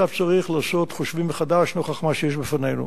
עכשיו צריך לעשות חושבים מחדש נוכח מה שיש בפנינו.